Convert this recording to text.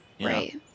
Right